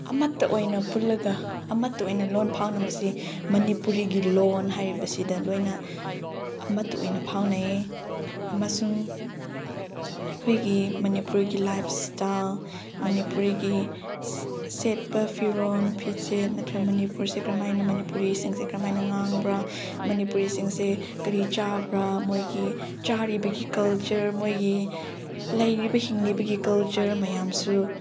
ꯑꯃꯠꯇ ꯑꯣꯏꯅ ꯄꯨꯜꯂꯒ ꯑꯃꯠꯇ ꯑꯣꯏꯅ ꯂꯣꯟ ꯐꯥꯎꯅꯕꯁꯤ ꯃꯅꯤꯄꯨꯔꯤꯒꯤ ꯂꯣꯟ ꯍꯥꯏꯔꯤꯕꯁꯤꯗ ꯂꯣꯏꯅ ꯑꯃꯠꯇ ꯑꯣꯏꯅ ꯐꯥꯎꯅꯩꯌꯦ ꯑꯃꯁꯨꯡ ꯑꯩꯈꯣꯏꯒꯤ ꯃꯅꯤꯄꯨꯔꯒꯤ ꯂꯥꯏꯞꯁꯇ ꯃꯅꯤꯄꯨꯔꯤꯒꯤ ꯁꯦꯠꯄ ꯐꯤꯔꯣꯟ ꯐꯤꯖꯦꯠ ꯅꯠꯇ꯭ꯔꯒ ꯃꯅꯤꯄꯨꯔꯁꯦ ꯀꯔꯝꯍꯥꯏꯅ ꯃꯅꯤꯄꯨꯔꯤꯁꯤꯡꯁꯦ ꯀꯔꯝꯍꯥꯏꯅ ꯉꯥꯡꯕ꯭ꯔꯥ ꯃꯅꯤꯄꯨꯔꯤꯁꯤꯡꯁꯦ ꯀꯔꯤ ꯆꯥꯕ꯭ꯔꯥ ꯃꯣꯏꯒꯤ ꯆꯥꯔꯤꯕꯒꯤ ꯀꯜꯆꯔ ꯃꯣꯏꯒꯤ ꯂꯩꯔꯤꯕ ꯍꯤꯡꯂꯤꯕꯒꯤ ꯀꯜꯆꯔ ꯃꯌꯥꯝꯁꯨ